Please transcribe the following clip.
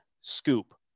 scoop